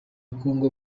kongo